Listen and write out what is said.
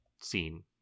scene